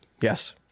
Yes